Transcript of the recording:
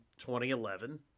2011